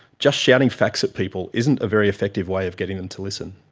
just shouting facts at people isn't a very effective way of getting them to listen.